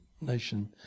nation